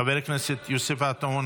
חבר הכנסת יוסף עטאונה,